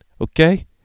okay